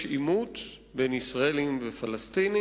יש עימות בין ישראל והפלסטינים,